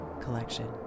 Collection